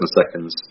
seconds